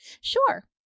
Sure